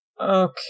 Okay